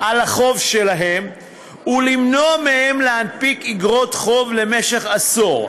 על החוב שלהם ולמנוע מהם להנפיק אגרות חוב למשך עשור.